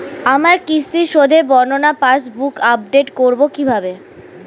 আমার কিস্তি শোধে বর্ণনা পাসবুক আপডেট করব কিভাবে?